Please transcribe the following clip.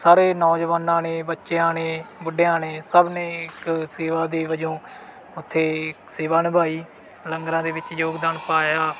ਸਾਰੇ ਨੌਜਵਾਨਾਂ ਨੇ ਬੱਚਿਆਂ ਨੇ ਬੁੱਢਿਆਂ ਨੇ ਸਭ ਨੇ ਇੱਕ ਸੇਵਾ ਦੇ ਵਜੋਂ ਉੱਥੇ ਸੇਵਾ ਨਿਭਾਈ ਲੰਗਰਾਂ ਦੇ ਵਿੱਚ ਯੋਗਦਾਨ ਪਾਇਆ